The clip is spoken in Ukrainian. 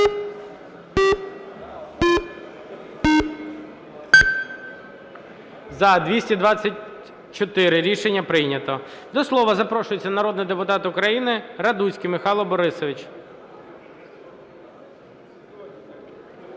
За-224 Рішення прийнято. До слова запрошується народний депутат України Радуцький Михайло Борисович.